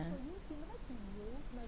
ah